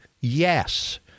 yes